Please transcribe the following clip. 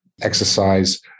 exercise